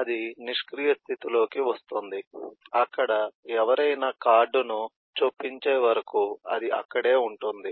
అది నిష్క్రియ స్థితిలోకి వస్తుంది అక్కడ ఎవరైనా కార్డును చొప్పించే వరకు అది అక్కడే ఉంటుంది